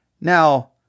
now